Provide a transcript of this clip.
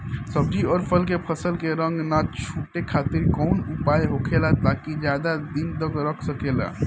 सब्जी और फल के फसल के रंग न छुटे खातिर काउन उपाय होखेला ताकि ज्यादा दिन तक रख सकिले?